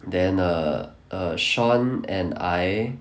then err err shaun and I